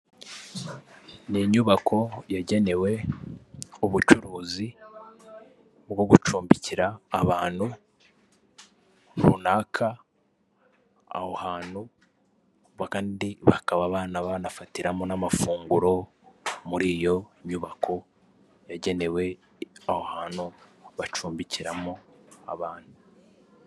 Ni inyubako yagenewe ubucuruzi bwo gucumbikira abantu runaka, aho hantu kandi bakaba bana banafatiramo n'amafunguro muri iyo nyubako yagenewe aho hantu bacumbikiramo abantu.